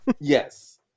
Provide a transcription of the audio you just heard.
Yes